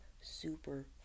super